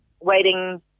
waiting